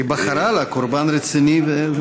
היא בחרה לה קורבן רציני.